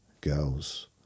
girls